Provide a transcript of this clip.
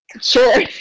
Sure